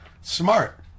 smart